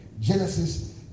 Genesis